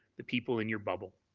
the people in your bubble,